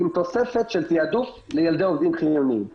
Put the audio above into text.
עם תוספת של תיעדוף לילדי עובדים חיוניים.